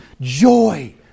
Joy